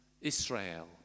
Israel